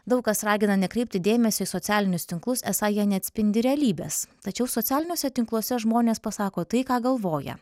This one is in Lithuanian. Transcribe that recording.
daug kas ragina nekreipti dėmesio į socialinius tinklus esą jie neatspindi realybės tačiau socialiniuose tinkluose žmonės pasako tai ką galvoja